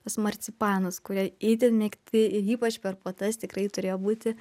tas marcipanas kurie itin mėgti ir ypač per puotas tikrai turėjo būti